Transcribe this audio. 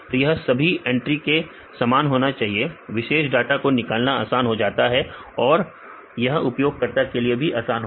तो यह सभी एंट्री में समान होना चाहिए विशेष डाटा को निकालना आसान हो जाता है और तो और यह उपयोगकर्ता के लिए भी आसान होगा